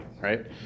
right